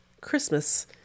Christmas